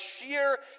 sheer